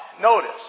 notice